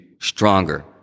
stronger